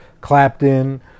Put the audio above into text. Clapton